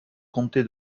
comté